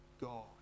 God